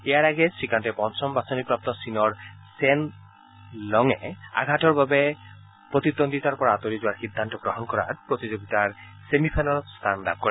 ইয়াৰ আগেয়ে শ্ৰীকান্তে পঞ্চম বাছনি প্ৰাপ্ত চীনৰ চেন লঙে আঘাতৰ বাবে প্ৰতিদ্বন্দ্বিতাৰ পৰা আঁতৰি যোৱাৰ সিদ্ধান্ত গ্ৰহণ কৰাত প্ৰতিযোগিতাৰ ছেমি ফাইনেলত স্থান লাভ কৰে